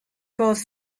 both